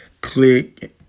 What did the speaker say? Click